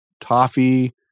toffee